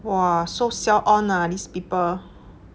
!wah! so siao on ah these people